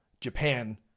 Japan